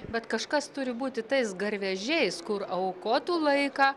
bet kažkas turi būti tais garvežiais kur aukotų laiką